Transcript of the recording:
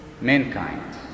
mankind